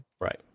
Right